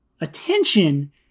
attention